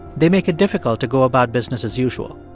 they make it difficult to go about business as usual.